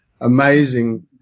Amazing